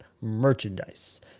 merchandise